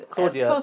Claudia